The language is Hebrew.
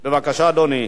בבקשה, אדוני.